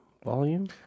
volume